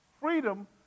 freedom